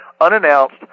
unannounced